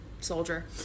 soldier